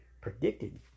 predicted